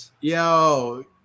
Yo